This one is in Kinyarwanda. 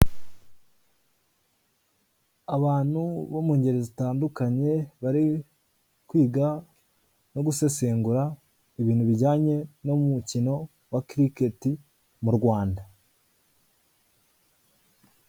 Abantu bo mu ngeri zitandukanye bari kwiga no gusesengura ibintu bijyanye n'umukino wa kiriketi mu Rwanda.